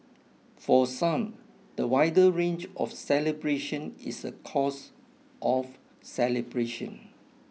for some the wider range of celebrations is a cause of celebration